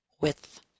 width